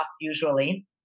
usually